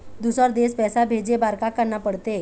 दुसर देश पैसा भेजे बार का करना पड़ते?